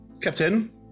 Captain